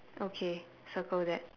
okay circle that